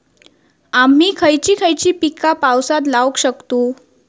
आम्ही खयची खयची पीका पावसात लावक शकतु?